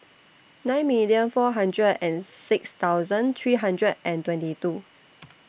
nine million four hundred and six thousand three hundred and twenty two